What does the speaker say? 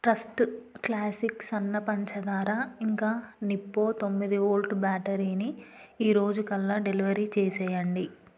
trust classic సన్న పంచదార ఇంకా నిప్పో తొమ్మిది వోల్ట్ బ్యాటరీని ఈరోజుకల్లా డెలివరీ చేసేయండి